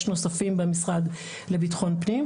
יש נוספים במשרד לבטחון פנים,